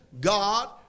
God